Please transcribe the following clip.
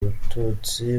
abatutsi